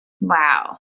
Wow